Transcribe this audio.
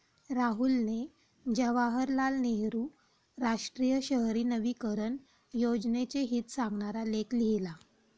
राहुलने जवाहरलाल नेहरू राष्ट्रीय शहरी नवीकरण योजनेचे हित सांगणारा लेख लिहिला